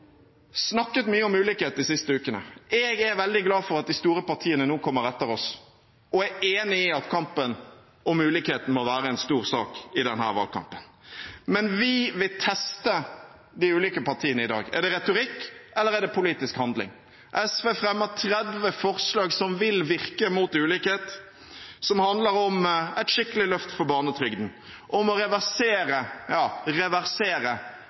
snakket mye om ulikhet de siste ukene. Jeg er veldig glad for at de store partiene nå kommer etter oss, og er enige i at kampen mot ulikhet må være en stor sak i denne valgkampen. Men vi vil teste de ulike partiene i dag. Er det retorikk, eller er det politisk handling? SV fremmer 30 forslag som vil virke mot ulikhet, som handler om et skikkelig løft for barnetrygden, om å reversere – ja,